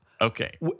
Okay